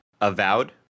avowed